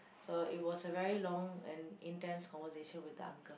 so it was a very long and intense conversation with the uncle